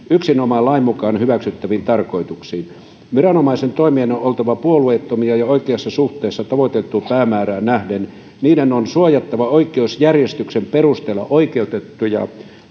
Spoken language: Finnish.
yksinomaan lain mukaan hyväksyttäviin tarkoituksiin viranomaisen toimien on oltava puolueettomia ja oikeassa suhteessa tavoiteltuun päämäärään nähden niiden on suojattava oikeusjärjestyksen perusteella oikeutettuja